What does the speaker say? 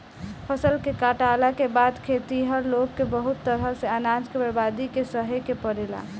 फसल के काटला के बाद खेतिहर लोग के बहुत तरह से अनाज के बर्बादी के सहे के पड़ेला